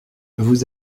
vous